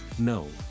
No